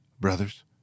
brothers